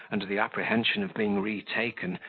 under the apprehension of being retaken,